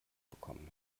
bekommen